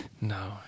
No